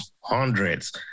Hundreds